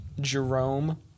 Jerome